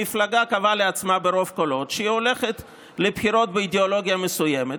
המפלגה קבעה לעצמה ברוב קולות שהיא הולכת לבחירות באידיאולוגיה מסוימת,